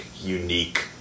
unique